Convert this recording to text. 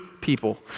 people